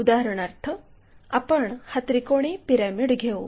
उदाहरणार्थ आपण हा त्रिकोणी पिरॅमिड घेऊ